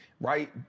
right